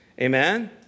amen